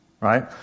right